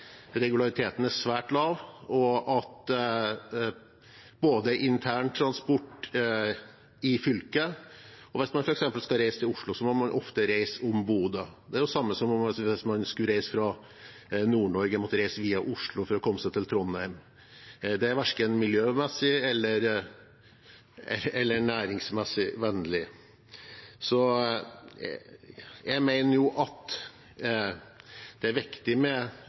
regulariteten er svært lav. Hvis man f.eks. skal reise til Oslo, må man ofte reise via Bodø. Det er det samme som at hvis man skulle reise fra Nord-Norge til Trondheim, måtte man reise via Oslo. Det er verken miljøvennlig eller næringsvennlig. Så når man skal ha en nordområdesatsing, er det viktig å ha planverk og generell politikk, men like viktig er det